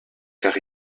car